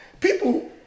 people